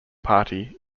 party